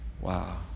Wow